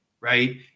right